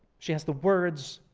she has the words,